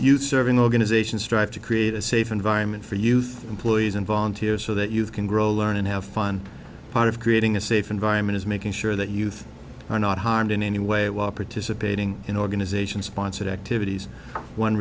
you serving organizations strive to create a safe environment for youth employees and volunteers so that youth can grow learn and have fun part of creating a safe environment is making sure that youth are not harmed in any way while participating in organizations sponsored activities one